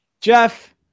Jeff